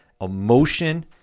emotion